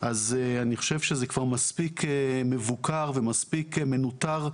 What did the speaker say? אז אני חושב שזה כבר מספיק מבוקר ומספיק מנוטר,